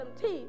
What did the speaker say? teeth